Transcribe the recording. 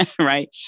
right